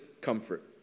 comfort